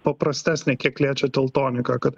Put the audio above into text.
paprastesnė kiek liečia teltoniką kad